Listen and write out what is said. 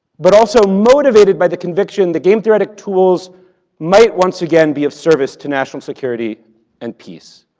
but also motivated by the conviction the game theoretic tools might once again be of service to national security and peace.